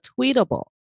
tweetable